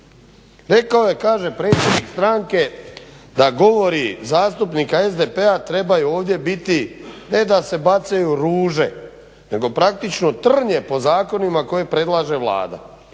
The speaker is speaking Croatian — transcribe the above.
Rekao je kaže predsjednik stranke da govori zastupnika SDP-a trebaju ovdje biti ne da se bacaju ruže nego praktično trnje po zakonima koje predlaže Vlada,